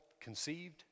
conceived